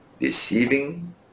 deceiving